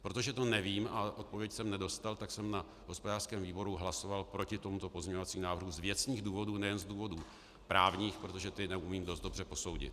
Protože to nevím a odpověď jsem nedostal, tak jsem na hospodářském výboru hlasoval proti tomuto pozměňovacímu návrhu z věcných důvodů, ne jen z důvodů právních, protože ty neumím dost dobře posoudit.